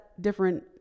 different